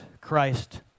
Christ